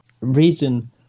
reason